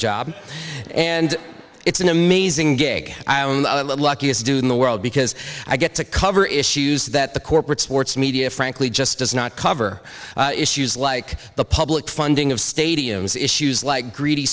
job and it's an amazing game luckiest dude in the world because i get to cover issues that the corporate sports media frankly just does not cover issues like the public funding of stadiums issues like greedy